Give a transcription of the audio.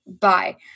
Bye